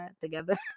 together